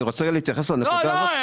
אני רוצה רגע להתייחס לנקודה הזו.